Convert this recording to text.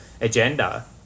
agenda